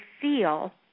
feel